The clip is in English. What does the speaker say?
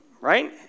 right